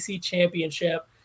championship